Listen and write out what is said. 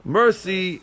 mercy